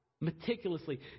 meticulously